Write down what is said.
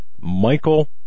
Michael